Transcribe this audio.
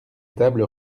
table